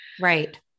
right